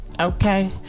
okay